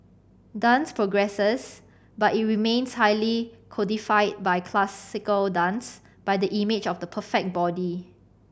dance progresses but it remains highly codified by classical dance by the image of the perfect body